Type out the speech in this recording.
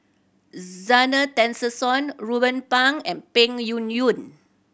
Zena Tessensohn Ruben Pang and Peng Yuyun